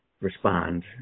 respond